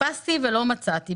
חיפשתי ולא מצאתי.